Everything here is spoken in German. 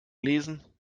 lesen